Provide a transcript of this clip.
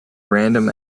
random